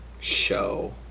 Show